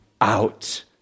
out